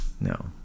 No